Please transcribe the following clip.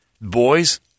Boys